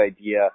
idea